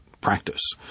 practice